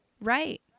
Right